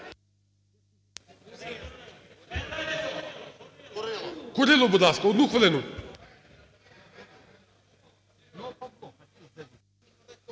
Курило, будь ласка, одну хвилину.